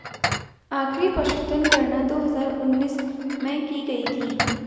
आखिरी पशुधन गणना दो हजार उन्नीस में की गयी थी